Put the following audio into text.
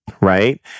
right